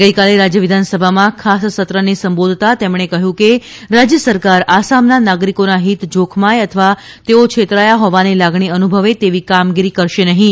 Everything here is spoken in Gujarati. ગઇકાલે રાજ્ય વિધાનસભાના ખાસ સત્રને સંબોધતા તેમણે કહ્યું કે રાજ્ય સરકાર આસામના નાગરિકોના હિત જોખમાય અથવા તેઓ છેતરાયા હોવાની લાગણી અનુભવે તેવી કામગીરી કરશે નહિ